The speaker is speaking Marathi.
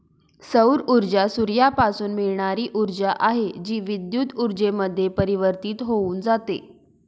सौर ऊर्जा सूर्यापासून मिळणारी ऊर्जा आहे, जी विद्युत ऊर्जेमध्ये परिवर्तित होऊन जाते